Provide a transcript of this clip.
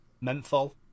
menthol